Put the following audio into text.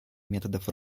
методов